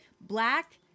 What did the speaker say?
Black